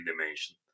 dimension